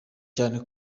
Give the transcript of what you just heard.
cyane